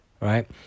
Right